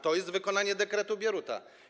To jest wykonanie dekretu Bieruta.